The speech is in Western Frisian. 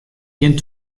gjin